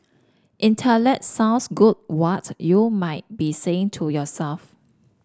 intellect sounds good what you might be saying to yourself